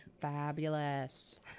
fabulous